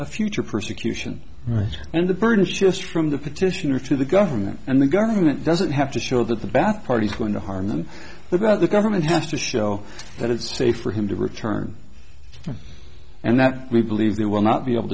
of future persecution and the third is just from the petitioner to the government and the government doesn't have to show that the bath party is going to harm them about the government has to show that it's safe for him to return and that we believe they will not be able